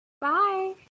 Bye